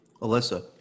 Alyssa